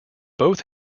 both